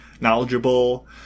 knowledgeable